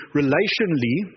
relationally